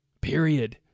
period